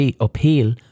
Appeal